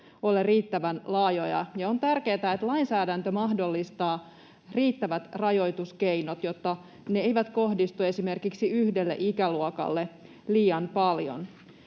ole riittävän laajoja. On tärkeätä, että lainsäädäntö mahdollistaa riittävät rajoituskeinot, jotta ne eivät kohdistu esimerkiksi yhdelle ikäluokalle liian paljon.